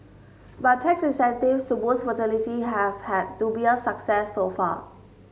but tax incentives to boost fertility have had dubious success so far